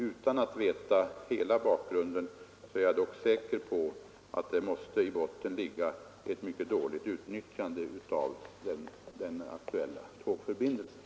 Utan att veta hela bakgrunden är jag dock ganska säker på att det i botten måste ligga ett mycket dåligt utnyttjande av den aktuella tågförbindelsen.